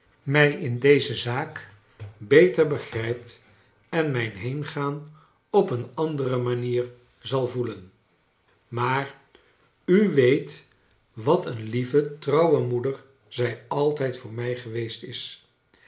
mij in deze zaak beter begrijpt en mijn heengaan op een andere manier zal voelen maar u weet wat een lieve trouwe moeder zij altijd voor mij geweest is